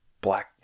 black